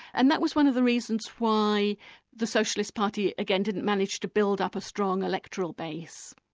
and that was one of the reasons why the socialist party again didn't manage to build up a strong electoral base.